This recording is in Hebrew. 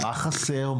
מה חסר,